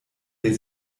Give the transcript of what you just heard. der